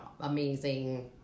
amazing